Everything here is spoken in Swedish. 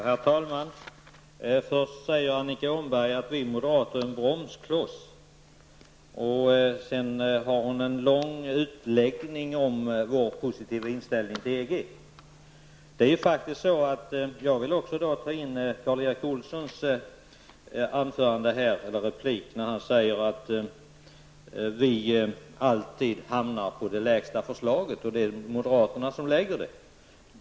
Herr talman! Först säger Annika Åhnberg att vi moderater är en bromskloss, och sedan har hon en lång utläggning om vår positiva inställning till EG. Karl Erik Olsson säger att vi alltid hamnar på det lägsta förslaget och att det är moderaterna som lägger fram det.